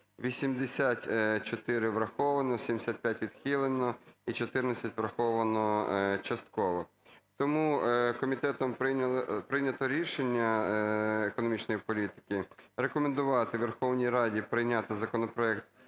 84 – враховано, 75 – відхилено і 14 – враховано частково. Тому Комітетом прийнято рішення з економічної політики рекомендувати Верховний Раді прийняти законопроект